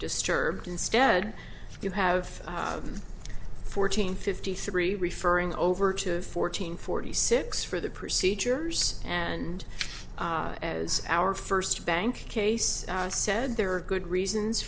disturbed instead you have fourteen fifty three referring over to fourteen forty six for the procedures and as our first thank case said there are good reasons